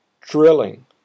drilling